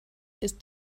ist